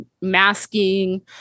masking